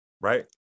right